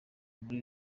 muri